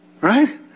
right